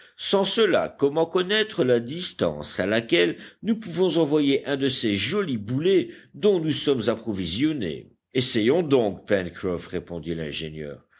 sans cela comment connaître la distance à laquelle nous pouvons envoyer un de ces jolis boulets dont nous sommes approvisionnés essayons donc pencroff répondit l'ingénieur